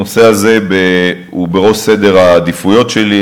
הנושא הזה הוא בראש סדר העדיפויות שלי,